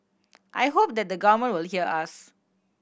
I hope that the government will hear us